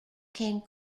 came